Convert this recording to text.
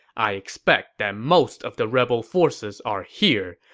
i expect that most of the rebel forces are here,